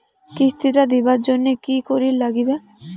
কিস্তি টা দিবার জন্যে কি করির লাগিবে?